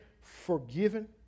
forgiven